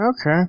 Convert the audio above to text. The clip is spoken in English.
Okay